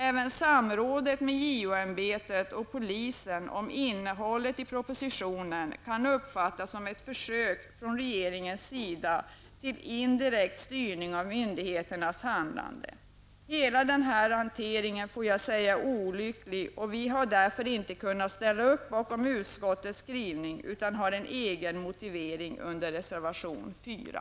Även samrådet med JO-ämbetet och polisen om innehållet i propositionen kan uppfattas som ett försök från regeringens sida till indirekt styrning av myndigheternas handlande. Hela den här hanteringen är olycklig och vi har därför inte kunnat ställa upp bakom utskottets skrivning, utan har en egen motivering under reservation 4.